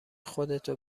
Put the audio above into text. خودتو